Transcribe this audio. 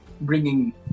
bringing